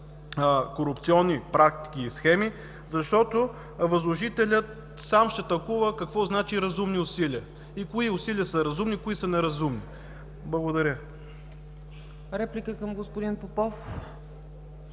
корупционни практики и схеми, защото възложителят сам ще тълкува какво значи „разумни усилия” и кои усилия са разумни, кои са неразумни. Благодаря. ПРЕДСЕДАТЕЛ ЦЕЦКА